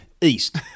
east